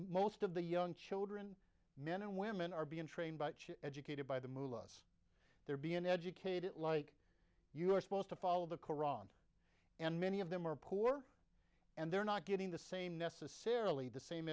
most of the young children men and women are being trained by educated by the move us they're being educated like you are supposed to follow the koran and many of them are poor and they're not getting the same necessarily the same